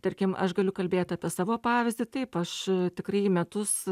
tarkim aš galiu kalbėti apie savo pavyzdį taip aš tikrai į metus